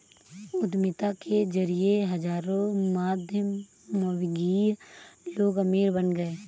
उद्यमिता के जरिए हजारों मध्यमवर्गीय लोग अमीर बन गए